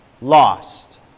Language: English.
lost